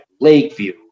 Lakeview